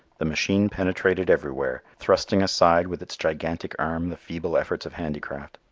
the machine penetrated everywhere, thrusting aside with its gigantic arm the feeble efforts of handicraft.